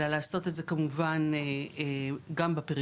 אלא לעשות את זה כמובן גם בפריפריה.